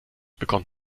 bekommt